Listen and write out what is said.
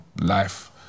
life